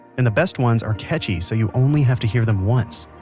and the best ones are catchy so you only have to hear them once.